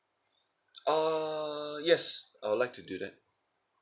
ah yes I would like to do that